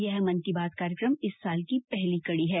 यह मन की बात कार्यक्रम इस साल की पहली कड़ी है